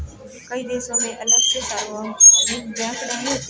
कई देशों में अलग से सार्वभौमिक बैंक नहीं होते